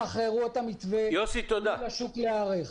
שחררו את המתווה ותנו לשוק להיערך.